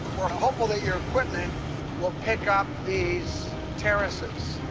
we're hopeful that your equipment will pick up these terraces.